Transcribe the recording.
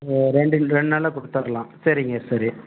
ரெண்டு ரெண்டு நாளில் கொடுத்தர்லாம் சரிங்க சரி